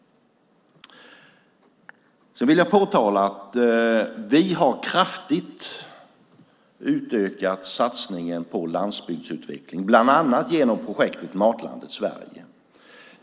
Sedan vill jag påpeka att vi har kraftigt utökat satsningen på landsbygdsutveckling, bland annat genom projektet Matlandet Sverige.